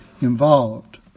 involved